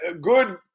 good